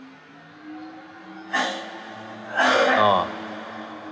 ah